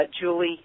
Julie